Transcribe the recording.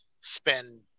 spend